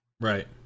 Right